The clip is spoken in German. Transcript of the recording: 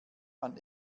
man